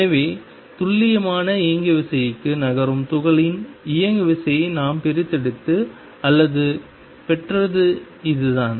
எனவே துல்லியமான இயங்குவிசைக்கு நகரும் துகள்களின் இயங்குவிசை நாம் பிரித்தெடுத்தது அல்லது பெற்றது இதுதான்